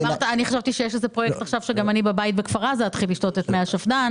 חשבתי שגם אני בבית בכפר עזה אתחיל לשתות את מי השפד"ן.